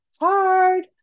hard